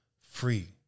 free